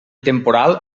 temporal